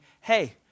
hey